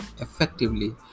effectively